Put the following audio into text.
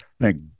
Thank